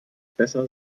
besser